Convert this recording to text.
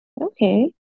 Okay